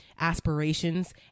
aspirations